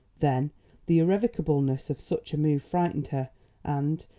then the irrevocableness of such a move frightened her and,